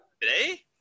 today